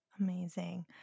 amazing